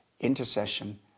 intercession